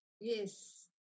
Yes